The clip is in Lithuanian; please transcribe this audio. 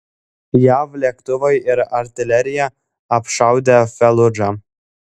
jav lėktuvai ir artilerija apšaudė faludžą